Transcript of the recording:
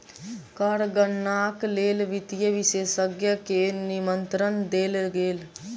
कर गणनाक लेल वित्तीय विशेषज्ञ के निमंत्रण देल गेल